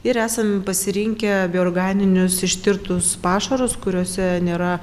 ir esam pasirinkę bioorganinius ištirtus pašarus kuriuose nėra